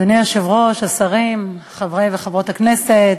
אדוני היושב-ראש, השרים, חברי וחברות הכנסת,